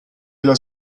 della